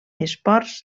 esports